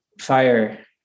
fire